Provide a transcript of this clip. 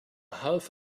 half